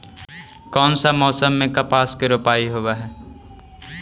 कोन सा मोसम मे कपास के रोपाई होबहय?